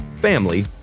family